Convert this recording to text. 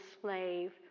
slave